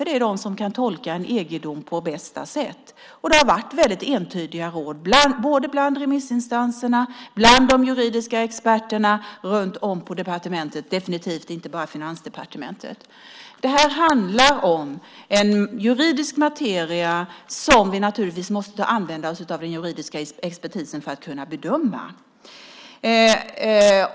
Det är de som kan tolka en EG-dom på bästa sätt. Det har varit väldigt entydiga råd både bland remissinstanserna och bland de juridiska experterna runt om på departementen. Det är definitivt inte bara fråga om Finansdepartementet. Det handlar om en juridisk materia som vi måste använda oss av den juridiska expertisen för att kunna bedöma.